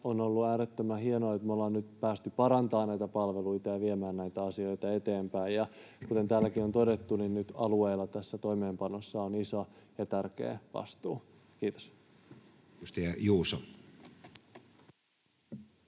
On ollut äärettömän hienoa, että me ollaan nyt päästy parantamaan näitä palveluita ja viemään näitä asioita eteenpäin. Kuten täälläkin on todettu, alueilla tässä toimeenpanossa on nyt iso ja tärkeä vastuu. — Kiitos.